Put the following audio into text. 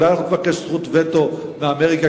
אולי נבקש זכות וטו מאמריקה,